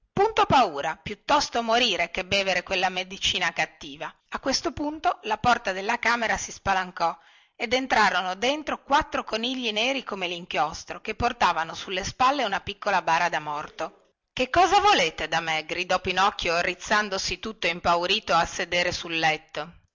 punto paura piuttosto morire che bevere quella medicina cattiva a questo punto la porta della camera si spalancò ed entrarono dentro quattro conigli neri come linchiostro che portavano sulle spalle una piccola bara da morto che cosa volete da me gridò pinocchio rizzandosi tutto impaurito a sedere sul letto